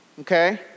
okay